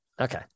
Okay